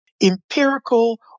empirical